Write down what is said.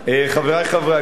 חברי חברי הכנסת,